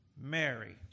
Mary